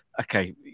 okay